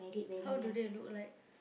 how do they look like